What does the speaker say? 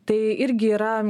tai irgi yra